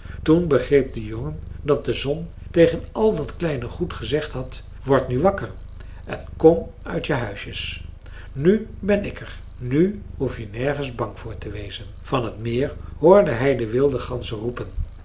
toen begreep de jongen dat de zon tegen al dat kleine goed gezegd had word nu wakker en kom uit je huisjes nu ben ik er nu hoef je nergens bang voor te wezen van het meer hoorde hij de wilde ganzen roepen